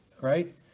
right